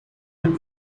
him